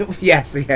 Yes